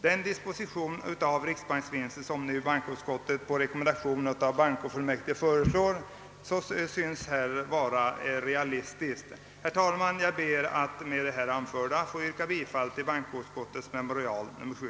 Den disposition av riksbanksvinsten som bankoutskottet nu på rekommendation av bankofullmäktige föreslår synes därför vara realistisk, och med det anförda ber jag att få yrka bifall till bankoutskottets memorial nr 7.